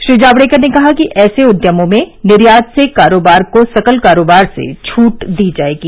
श्री जावड़ेकर ने कहा कि ऐसे उद्यमों में निर्यात से कारोबार को सकल कारोबार से छूट दी जाएगी